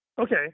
Okay